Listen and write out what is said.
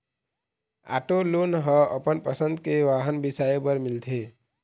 auto loan ह अपन पसंद के वाहन बिसाए बर मिलथे